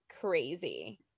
crazy